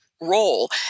role